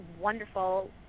wonderful